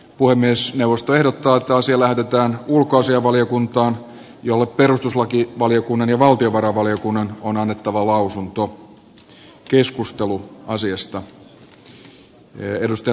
puhemiesneuvosto ehdottaa että asia lähetetään ulkoasiainvaliokuntaan jolle perustuslakivaliokunnan ja valtiovarainvaliokunnan on annettava lausunto